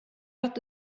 att